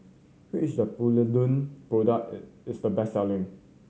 which Polident product is the best selling